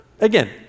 Again